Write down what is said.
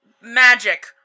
Magic